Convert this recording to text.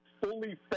fully